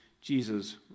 Jesus